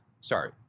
sorry